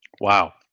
Wow